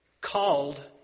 called